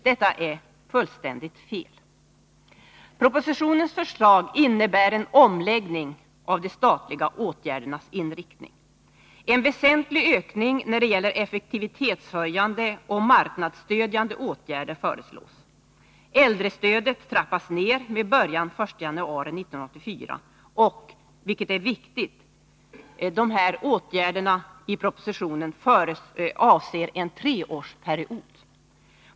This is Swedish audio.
Det är fullständigt fel. Propositionens förslag innebär en omläggning av de statliga åtgärdernas inriktning. En väsentlig ökning när det gäller effektivitetshöjande och marknadsstödjande åtgärder föreslås. Äldrestödet trappas ner med början den 1 januari 1984. Och — vilket är viktigt — åtgärderna i propositionen avser en treårsperiod.